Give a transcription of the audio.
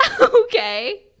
okay